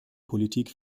politik